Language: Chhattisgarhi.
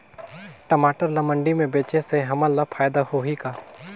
टमाटर ला मंडी मे बेचे से हमन ला फायदा होही का?